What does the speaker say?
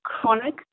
chronic